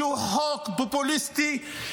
שהוא חוק פופוליסטי.